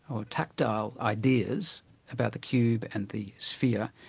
or tactile ideas about the cube and the sphere,